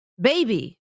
baby